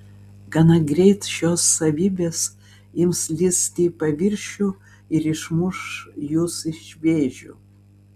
gana greit šios savybės ims lįsti į paviršių ir išmuš jus iš vėžių